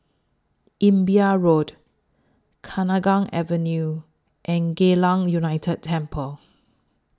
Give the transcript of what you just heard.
Imbiah Road Kenanga Avenue and Geylang United Temple